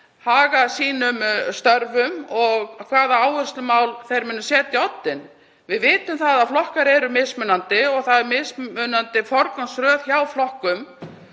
haga sínum störfum og hvaða áherslumál þeir muni setja á oddinn. Við vitum að flokkar eru mismunandi og það er mismunandi forgangsröð hjá þeim.